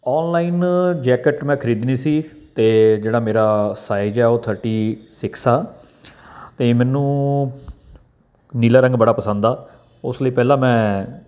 online jacket ਮੈਂ ਖਰੀਦਣੀ ਸੀ ਅਤੇ ਜਿਹੜਾ ਮੇਰਾ ਸਾਈਜ਼ ਹੈ ਉਹ ਥਟੀ ਸਿਕਸ ਆ ਐਤੇ ਮੈਨੂੰ ਨੀਲਾ ਰੰਗ ਬੜਾ ਪਸੰਦ ਆ ਉਸ ਲਈ ਪਹਿਲਾਂ ਮੈਂ